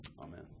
Amen